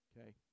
okay